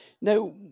Now